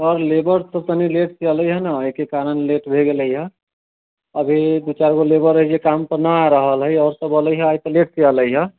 हाँ लेबर सब तनी लेट सऽ अलै हें ने ओहि के कारण लेट भए गेले यऽ अभी दू चारि गो लेबर ऐजे काम पर न आ रहलै हय आओर सब अलै हय लेट सऽ अलै यऽ